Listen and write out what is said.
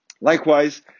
Likewise